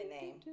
name